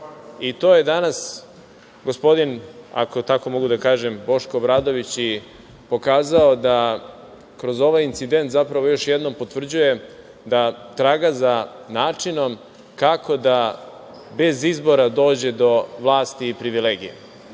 To je danas gospodin, ako tako mogu da kažem, Boško Obradović i pokazao, da kroz ovaj incident zapravo još jednom potvrđuje da traga za načinom kako da bez izbora dođe do vlasti i privilegije. Želim